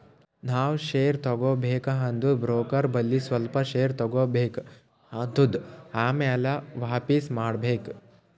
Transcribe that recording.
ನಾವ್ ಶೇರ್ ತಗೋಬೇಕ ಅಂದುರ್ ಬ್ರೋಕರ್ ಬಲ್ಲಿ ಸ್ವಲ್ಪ ಶೇರ್ ತಗೋಬೇಕ್ ಆತ್ತುದ್ ಆಮ್ಯಾಲ ವಾಪಿಸ್ ಮಾಡ್ಬೇಕ್